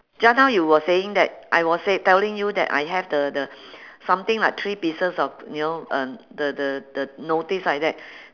just now you were saying that I was say~ telling you that I have the the something like three pieces of you know uh the the the notice like that